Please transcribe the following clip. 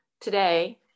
today